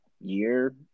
year